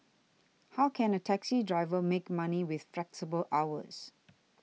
how can a taxi driver make money with flexible hours